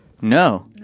No